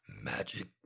magic